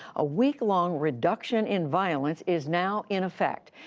a week-long reduction in violence is now in effect.